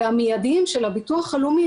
זה כפי שאמרתם, 9 מיליון איש.